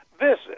visit